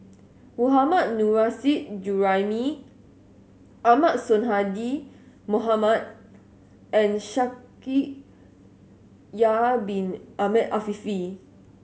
Mohammad Nurrasyid Juraimi Ahmad Sonhadji Mohamad and Shaikh Yahya Bin Ahmed Afifi